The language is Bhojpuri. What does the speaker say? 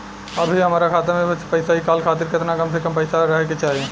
अभीहमरा खाता मे से पैसा इ कॉल खातिर केतना कम से कम पैसा रहे के चाही?